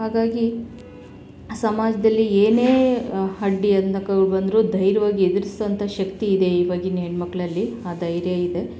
ಹಾಗಾಗಿ ಸಮಾಜದಲ್ಲಿ ಏನೇ ಅಡ್ಡಿ ಬಂದರೂ ಧೈರ್ಯ್ವಾಗಿ ಎದುರಿಸೋಂಥ ಶಕ್ತಿ ಇದೆ ಇವಾಗಿನ ಹೆಣ್ಣುಮಕ್ಳಲ್ಲಿ ಆ ಧೈರ್ಯ ಇದೆ